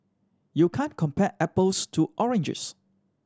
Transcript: you can't compare apples to oranges